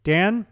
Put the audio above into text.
Dan